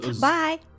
Bye